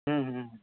ह्म्म ह्म्म